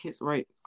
Right